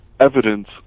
evidence